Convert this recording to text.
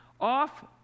off